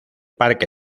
parque